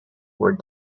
were